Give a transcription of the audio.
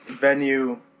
venue